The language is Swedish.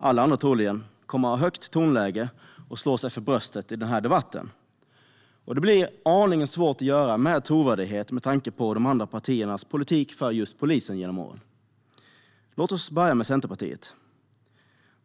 troligen alla andra, kommer att ha ett högt tonläge och slå sig för bröstet i den här debatten. Det blir aningen svårt att göra med trovärdighet med tanke på de andra partiernas politik för just polisen genom åren. Låt oss börja med Centerpartiet.